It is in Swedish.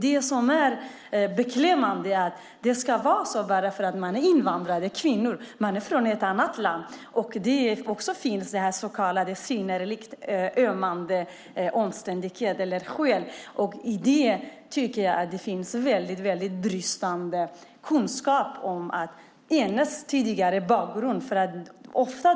Det beklämmande är att det är på detta sätt bara för att det är fråga om invandrade kvinnor, kvinnor från andra länder. Det finns så kallade synnerligen ömmande omständigheter eller skäl, men även då finns bristande kunskap om dessa kvinnors bakgrund.